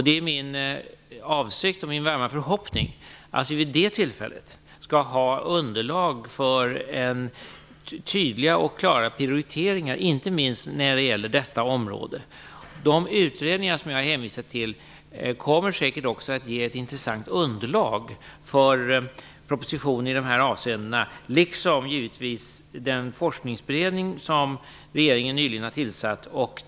Det är min avsikt och min varma förhoppning att vi vid det tillfället skall ha underlag för tydliga och klara prioriteringar, inte minst när det gäller detta område. De utredningar som jag har hänvisat till kommer säkert också att ge ett intressant underlag för propositioner i dessa avseenden liksom givetvis även den forskningsberedning som regeringen nyligen har tillsatt.